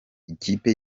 ikipe